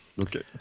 Okay